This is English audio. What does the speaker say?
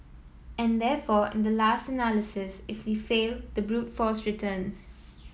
and therefore in the last analysis if we fail the brute force returns